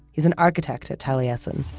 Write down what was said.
he's an architect at taliesin,